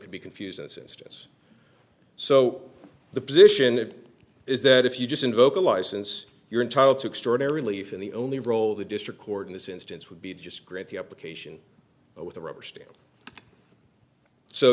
could be confused and since it is so the position is that if you just invoke a license you're entitled to extraordinary leaf and the only role the district court in this instance would be just great the application with a rubber stamp so